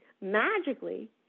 magically